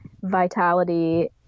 vitality